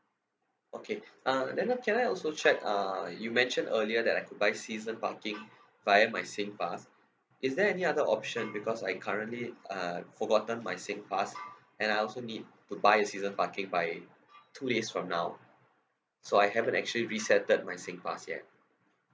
okay uh then uh can I also check uh you mentioned earlier that I could buy season parking via my singpass is there any other option because I currently uh forgotten my singpass and I also need to buy a season parking by two days from now so I haven't actually my singpass yet